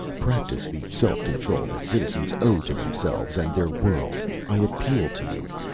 practice the self-control that citizens owe to themselves and their world, i appeal to you.